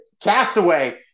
Castaway